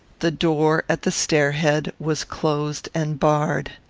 the door at the stair-head was closed and barred.